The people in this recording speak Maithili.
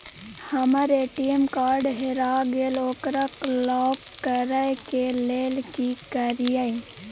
हमर ए.टी.एम कार्ड हेरा गेल ओकरा लॉक करै के लेल की करियै?